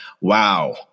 wow